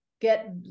get